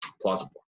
plausible